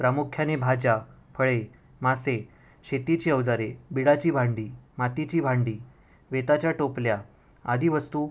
प्रामुख्याने भाज्या फळे मासे शेतीची अवजारे बीडाची भांडी मातीची भांडी वेताच्या टोपल्या आदी वस्तू